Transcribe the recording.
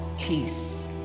peace